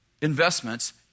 investments